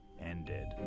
ended